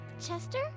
Chester